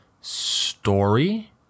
story